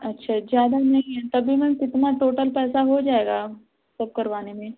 अच्छा ज़्यादा नहीं है तब भी मैम कितना टोटल पैसा हो जाएगा सब करवाने में